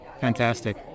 Fantastic